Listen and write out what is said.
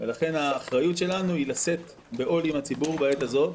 ולכן האחריות שלנו היא לשאת בעול עם הציבור בעת הזו.